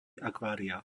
akvária